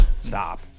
Stop